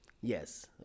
Yes